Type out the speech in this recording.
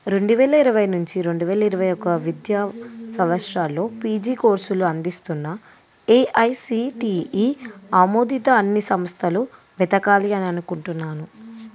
రెండు వేల ఇరవై నుంచి రెండు వేల ఇరవై ఒకటి విద్యా సంవత్సరాల్లో పీజీ కోర్సులు అందిస్తున్న ఎఐసిటిఈ ఆమోదిత అన్ని సంస్థలు వెతకాలి అని అనుకుంటున్నాను